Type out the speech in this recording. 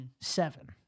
Seven